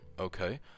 okay